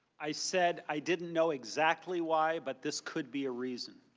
i said, i did not know exactly why but this could be a reason.